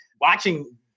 watching